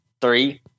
three